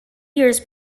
years